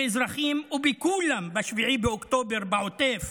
באזרחים ובכולם ב-7 באוקטובר בעוטף,